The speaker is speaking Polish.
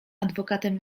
adwokatem